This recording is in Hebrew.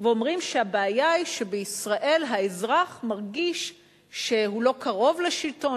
ואומרים שהבעיה היא שבישראל האזרח מרגיש שהוא לא קרוב לשלטון,